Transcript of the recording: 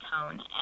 tone